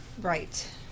Right